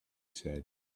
said